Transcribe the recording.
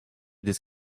this